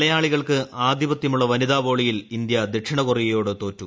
മലയാളികൾക്ക് ആധിപത്യമുള്ള വനിതാ വോളിയിൽ ഇന്ത്യ ദക്ഷിണ കൊറിയയോട് തോറ്റു